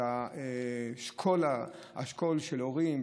את השכול של ההורים,